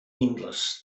endless